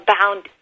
bound